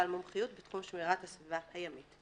בעל מומחיות בתחום שמירת הסביבה הימית.